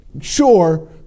sure